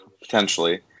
potentially